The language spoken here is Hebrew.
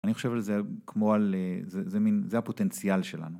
אני חושב על זה כמו על... ז... זה מין... זה הפוטנציאל שלנו.